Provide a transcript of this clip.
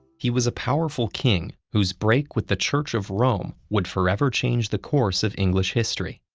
he was a powerful king whose break with the church of rome would forever change the course of english history.